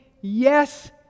yes